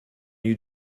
you